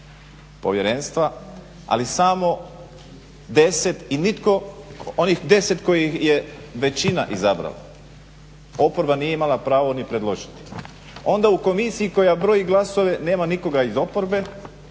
povjerenstva ali samo deset i nitko onih deset kojih je većina izabrala. Oporba nije imala pravo ni predložiti. Onda u komisiji koja broji glasove nema nikoga iz oporbe